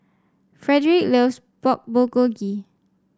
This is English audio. Frederic loves Pork Bulgogi